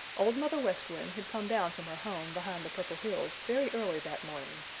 old mother west wind had come down from her home behind the purple hills very early that morning.